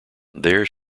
there